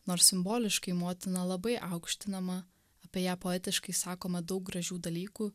nors simboliškai motina labai aukštinama apie ją poetiškai sakoma daug gražių dalykų